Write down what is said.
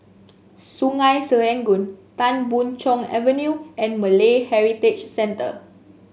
Sungei Serangoon Tan Boon Chong Avenue and Malay Heritage Centre